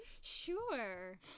Sure